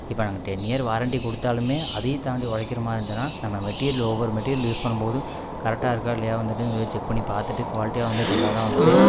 இப்போ நாங்கள் ten year warranty கொடுத்தாலுமே அதையும் தாண்டி உழைக்கிற மாதிரி இருந்துன்னா நம்ம மெட்டீரியல் ஒவ்வொரு மெட்டீரியல் யூஸ் பண்ணும் போது கரெக்டாக இருக்கா இல்லையா வந்துட்டு செக் பண்ணி பார்த்துட்டு குவாலிட்டியாக வந்து தந்தால் தான் வந்துட்டு